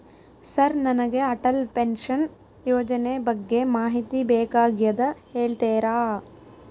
Sir ನನಗೆ Atal pension ಯೋಜನೆ ಬಗ್ಗೆ ಮಾಹಿತಿ ಬೇಕಾಗ್ಯದ ಹೇಳ್ತೇರಾ?